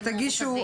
תעבדו את זה ותגישו,